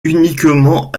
uniquement